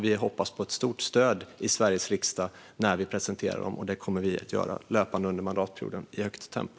Vi hoppas på stort stöd i Sveriges riksdag när vi presenterar dem, och det kommer vi att göra löpande under mandatperioden i högt tempo.